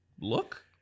look